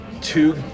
Two